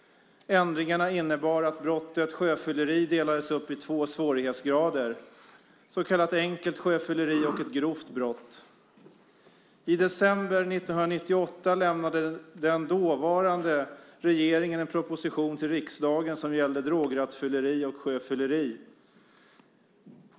Ändringarna innebar att brottet sjöfylleri delades upp i två svårighetsgrader: så kallat enkelt sjöfylleri och grovt brott. I december 1998 avlämnade den dåvarande regeringen en proposition till riksdagen som gällde drograttfylleri och sjöfylleri.